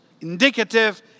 indicative